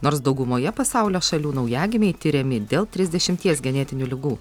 nors daugumoje pasaulio šalių naujagimiai tiriami dėl trisdešimties genetinių ligų